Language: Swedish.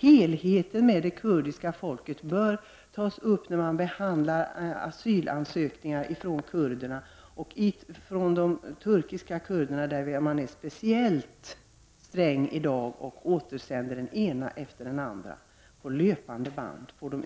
Helheten med det kurdiska folket bör tas upp när man behandlar asylansökningar från kurderna — speciellt ifrån de turkiska kurderna där man är särskilt sträng och återsänder den ena efter den andra. De får utvisning på löpande band.